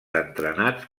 entrenats